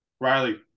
Riley